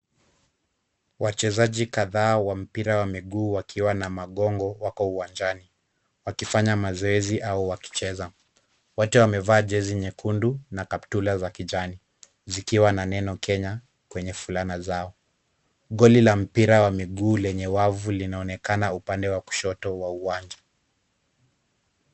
Wachezaji kadhaa wa mpira wa miguu wakiwa na magongo wako uwanjani wakifanya mazoezi au wakicheza. Wote wamevaa jezi nyekundu na kaptula za kijani zikiwa na neno Kenya kwenye fulana zao. Goli la mpira wa miguu lenye wavu linaonekana upande wa kushoto wa uwanja.